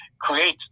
create